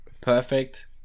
Perfect